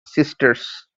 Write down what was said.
sisters